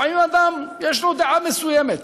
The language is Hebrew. לפעמים לאדם יש דעה מסוימת.